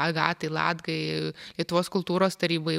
agatai latgai lietuvos kultūros tarybai